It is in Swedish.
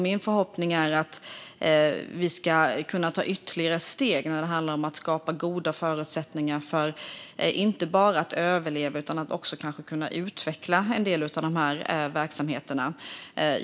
Min förhoppning är att vi ska kunna ta ytterligare steg när det handlar om att skapa goda förutsättningar för att inte bara se till att de överlever utan också kunna utveckla en del av dessa verksamheter.